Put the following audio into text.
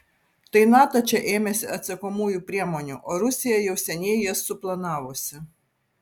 tai nato čia ėmėsi atsakomųjų priemonių o rusija jau seniai jas suplanavusi